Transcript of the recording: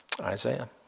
Isaiah